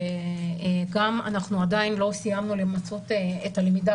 וגם אנחנו עדיין לא מיצינו את הלמידה